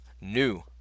new